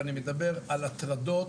ואני מדבר על הטרדות,